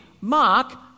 Mark